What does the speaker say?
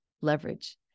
Leverage